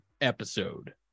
episode